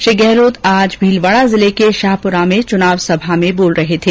श्री गहलोत आज भीलवाड़ा जिले के शाहपुरा में चुनाव सभा में बोल रहे थे